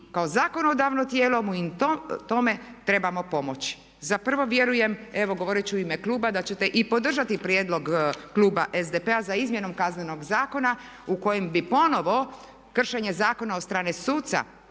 kao zakonodavno tijelo trebamo pomoći. Za prvo vjerujem, evo govorit ću u ime kluba, da ćete i podržati prijedlog kluba SDP-a za izmjenom Kaznenog zakona u kojem bi ponovno kršenje zakona od strane suca